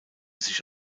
sich